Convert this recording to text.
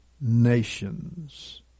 nations